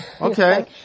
Okay